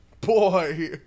boy